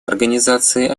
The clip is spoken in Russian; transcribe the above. организации